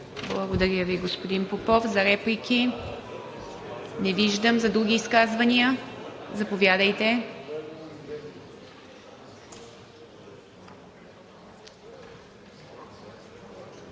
Благодаря Ви, господин Попов. За реплики? Не виждам. За други изказвания. Заповядайте,